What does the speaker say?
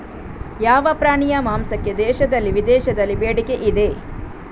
ಯಾವ ಪ್ರಾಣಿಯ ಮಾಂಸಕ್ಕೆ ದೇಶದಲ್ಲಿ ವಿದೇಶದಲ್ಲಿ ಬೇಡಿಕೆ ಇದೆ?